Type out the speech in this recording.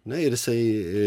na ir jisai